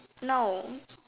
no